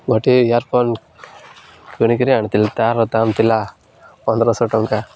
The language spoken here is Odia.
ଗୋଟିଏ ଇୟରଫୋନ୍ କିଣିକିରି ଆଣିଥିଲି ତାର ଦାମ୍ ଥିଲା ପନ୍ଦରଶହ ଟଙ୍କା